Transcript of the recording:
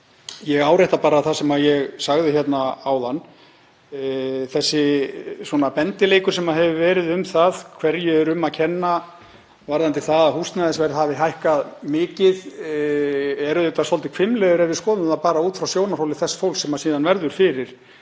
Ég árétta það sem ég sagði hér áðan, þessi bendileikur, sem verið hefur um það hverju er um að kenna varðandi það að húsnæðisverð hafi hækkað mikið, er svolítið hvimleiður ef við skoðum það bara út frá sjónarhóli þess fólks sem verður síðan fyrir